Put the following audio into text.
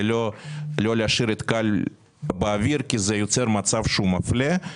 לא להשאיר את כאל באוויר כי זה יוצר מצב שהוא מפלה.